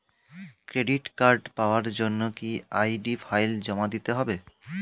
Credit card পাওয়ার জন্য কি আই.ডি ফাইল জমা দিতে হবে?